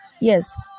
Yes